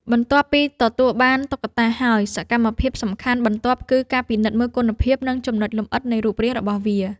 បន្ទាប់ពីទទួលបានតុក្កតាហើយ សកម្មភាពសំខាន់បន្ទាប់គឺការពិនិត្យមើលគុណភាព និងចំណុចលម្អិតនៃរូបរាងរបស់វា។